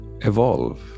evolve